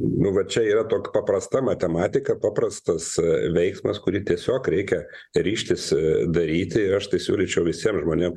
nu va čia yra tok paprasta matematika paprastas veiksmas kurį tiesiog reikia ryžtis daryti aš tai siūlyčiau visiem žmonėm